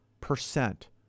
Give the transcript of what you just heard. percent